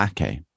Ake